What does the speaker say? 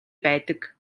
байдаг